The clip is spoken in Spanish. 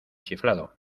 chiflado